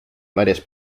varias